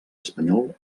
espanyol